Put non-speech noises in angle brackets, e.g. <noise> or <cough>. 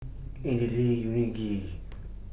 <noise> Idili Unagi